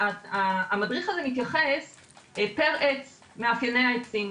המדריך הזה מתייחס פר עץ, מאפייני העצים.